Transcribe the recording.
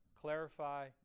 clarify